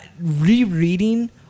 rereading